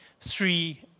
three